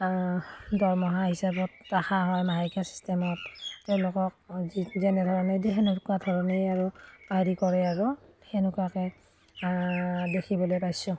দৰমহা হিচাপত ৰখা হয় মাহেকীয়া চিষ্টেমত তেওঁলোকক যি যেনেধৰণে দিয়ে সেনেকুৱা ধৰণেই আৰু হৰি কৰে আৰু সেনেকুৱাকৈ দেখিবলৈ পাইছোঁ